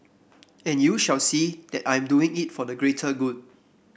and you shall see that I'm doing it for the greater good